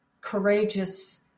courageous